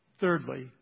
Thirdly